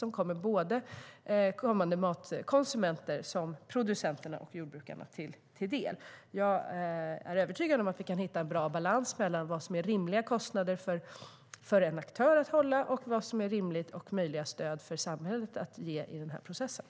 Det kommer såväl de kommande matkonsumenterna som matproducenterna och jordbrukarna till del.